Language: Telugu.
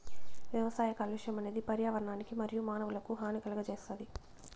వ్యవసాయ కాలుష్యం అనేది పర్యావరణానికి మరియు మానవులకు హాని కలుగజేస్తాది